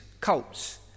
cults